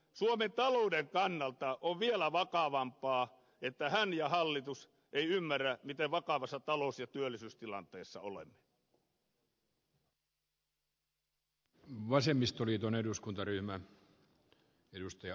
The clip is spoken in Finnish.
suomen talouden kannalta on vielä vakavampaa että hän ja hallitus eivät ymmärrä miten vakavassa talous ja työllisyystilanteessa olemme